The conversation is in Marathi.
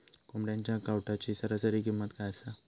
कोंबड्यांच्या कावटाची सरासरी किंमत काय असा?